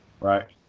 Right